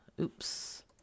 Oops